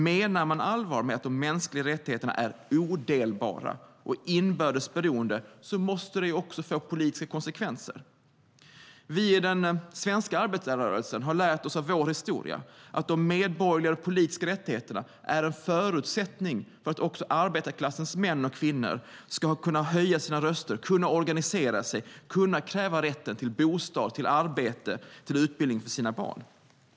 Menar man allvar med att de mänskliga rättigheterna är odelbara och inbördes beroende måste det också få politiska konsekvenser. Vi i den svenska arbetarrörelsen har lärt oss av vår historia att de medborgerliga och politiska rättigheterna är en förutsättning för att också arbetarklassens män och kvinnor ska kunna höja sina röster, kunna organisera sig och kunna kräva rätten till bostad, arbete och utbildning för sina barn.